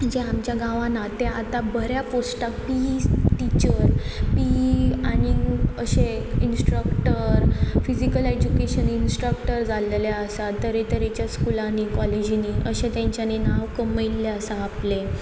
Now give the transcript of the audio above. जे आमच्या गांवान ते आतां बऱ्या पोस्टाक P E teacher P E आनी अशें इंस्ट्रक्टर फिजीकल एज्युकेशन इंस्ट्रक्टर जाल्लेले आसा तरेतरेच्या स्कुलांनी कॉलेजींनी अशें तेंच्यांनी नांव कमयल्लें आसा आपलें